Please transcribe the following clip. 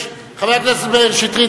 חבר הכנסת שטרית,